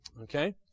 Okay